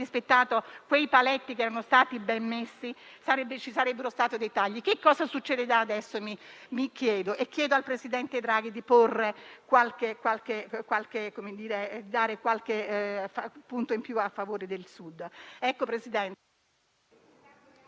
rispettato quei paletti che erano stati ben messi, ci sarebbero stati dei tagli. Mi chiedo cosa succeda ora e chiedo al presidente Draghi di porre qualche punto in più a favore del Sud.